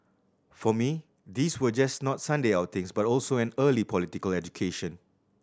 for me these were just not Sunday outings but also an early political education